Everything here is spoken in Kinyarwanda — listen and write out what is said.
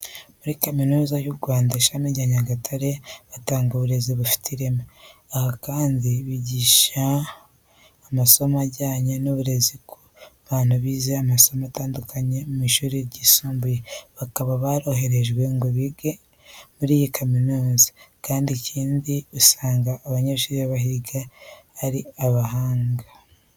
Muri Kaminuza y'u Rwanda, ishami rya Nyagatare batanga uburezi bufite ireme. Aha kandi bigisha amasomo ajyanye n'uburezi ku bantu bize amasomo atandukanye mu mashuri yisumbuye, bakaba baroherejwe ngo bige muri iyi kaminuza. Ikindi kandi, usanga abanyeshuri bahiga ari abahanga.